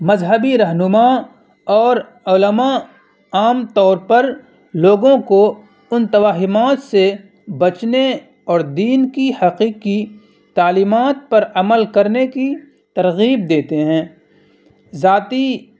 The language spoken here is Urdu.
مذہبی رہنما اور علماء عام طور پر لوگوں کو ان توہمات سے بچنے اور دین کی حقیقی تعلیمات پر عمل کرنے کی ترغیب دیتے ہیں ذاتی